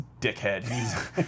dickhead